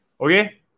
Okay